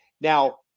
Now